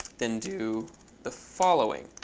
then do the following.